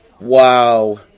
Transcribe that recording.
Wow